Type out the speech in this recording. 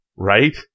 Right